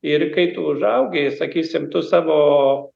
ir kai tu užaugi sakysim tu savo